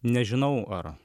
nežinau ar